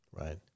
Right